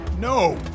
No